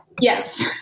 Yes